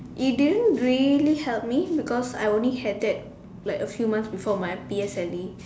it didn't really help me because I only had that like a few months before my P_S_L_E